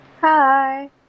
Hi